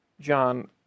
John